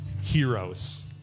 heroes